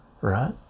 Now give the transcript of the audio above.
right